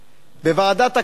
בוועדת הכלכלה